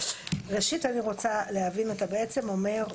ראשית אני רוצה להבין, אתה בעצם אומר,